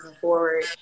forward